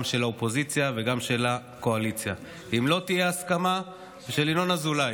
גם של האופוזיציה וגם של הקואליציה ושל ינון אזולאי.